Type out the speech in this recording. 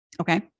Okay